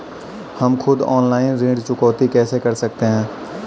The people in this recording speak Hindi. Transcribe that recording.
हम खुद ऑनलाइन ऋण चुकौती कैसे कर सकते हैं?